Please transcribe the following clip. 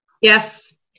Yes